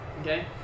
Okay